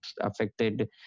affected